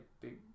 big